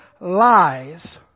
lies